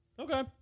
Okay